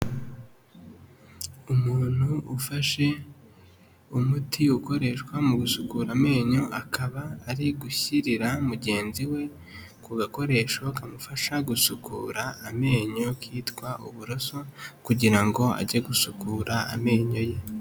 Umuntu ufashe umuti ukoreshwa mu gusukura amenyo, akaba ari gushyirira mugenzi we ku gakoresho kamufasha gusukura amenyo kitwa uburoso, kugira ngo ajye gusukura amenyo ye.